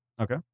Okay